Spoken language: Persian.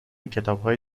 کتابهای